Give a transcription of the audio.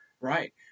Right